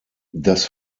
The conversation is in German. das